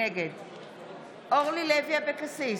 נגד אורלי לוי אבקסיס,